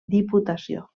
diputació